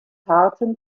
harten